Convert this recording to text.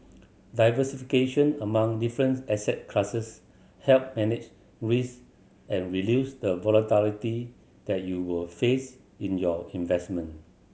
diversification among difference asset classes help manage risk and reduce the volatility that you will face in your investment